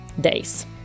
days